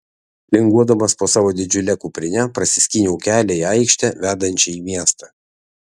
linguodamas po savo didžiule kuprine prasiskyniau kelią į aikštę vedančią į miestą